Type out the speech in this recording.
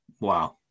Wow